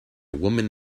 woman